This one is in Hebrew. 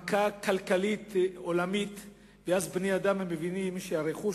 מכה כלכלית עולמית ואז בני-אדם מבינים שהרכוש